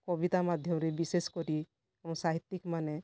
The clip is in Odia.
କବିତା ମାଧ୍ୟମରେ ବିଶେଷ କରି ଆମ ସାହିତ୍ୟିକମାନେ